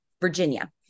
Virginia